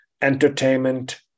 Entertainment